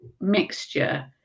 mixture